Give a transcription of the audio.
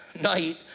night